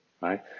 right